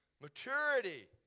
Maturity